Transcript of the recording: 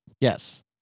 Yes